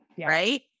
right